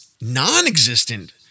non-existent